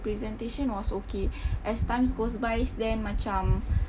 presentation was okay as times goes by then macam